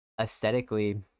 aesthetically